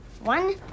one